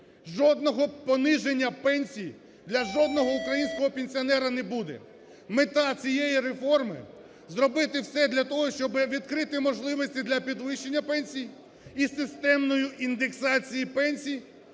жодного пониження пенсій для жодного українського пенсіонера не буде. Мета цієї реформи – зробити все для того, щоб відкрити можливості для підвищення пенсій із системною індексацією пенсій